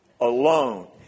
alone